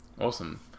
Awesome